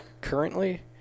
currently